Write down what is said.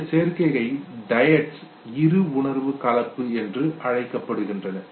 இந்த சேர்க்கையை டயட்ஸ் இருவுணர்வு கலப்பு என்று அழைக்கப்படுகின்றன